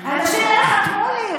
האנשים האלה חתמו לי.